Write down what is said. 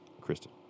Kristen